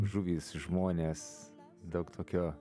žuvys žmonės daug tokio